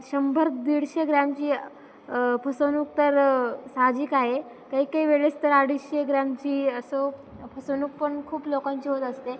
शंभर दीडशे ग्रॅमची फसवणूक तर साहजिक आहे काही काही वेळेस तर अडीचशे ग्रामची असं फसवणूक पण खूप लोकांची होत असते